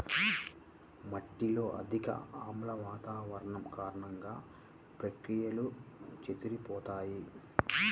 మట్టిలో అధిక ఆమ్ల వాతావరణం కారణంగా, ప్రక్రియలు చెదిరిపోతాయి